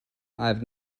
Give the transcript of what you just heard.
have